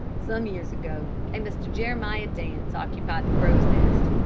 some years ago a mr. jeremiah dance occupied the crow's nest.